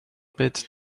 bit